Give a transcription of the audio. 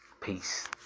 peace